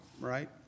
right